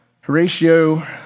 Horatio